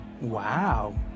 Wow